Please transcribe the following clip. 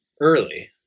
early